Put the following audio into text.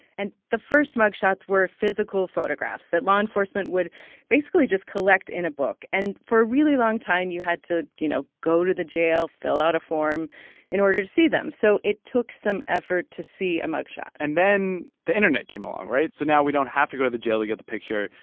and the first mug shots were physical photographs that law enforcement would basically just collect in a book. and for a really long time, you had to, you know, go to the jail, fill out a form in order to see them. so it took some effort to see a mug shot and then the internet came along, right? so now we don't have to go to the jail to get the picture.